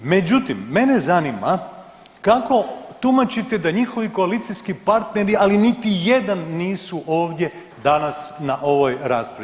Međutim, mene zanima kako tumačite da njihovi koalicijski partneri, ali niti jedan nisu ovdje danas na ovoj raspravi.